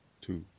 two